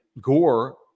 Gore